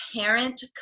parent